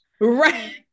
Right